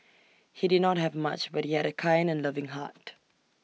he did not have much but he had A kind and loving heart